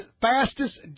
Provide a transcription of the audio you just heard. fastest